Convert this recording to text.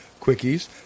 quickies